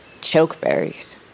Chokeberries